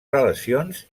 relacions